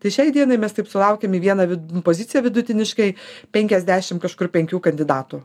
tai šiai dienai mes taip sulaukiam į vieną poziciją vidutiniškai penkiasdešim kažkur penkių kandidatų